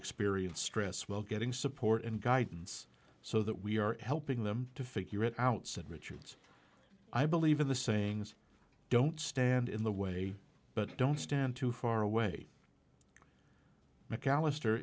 experience stress while getting support and guidance so that we are helping them to figure it out said richards i believe in the sayings don't stand in the way but don't stand too far away mcallister